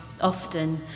often